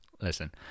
Listen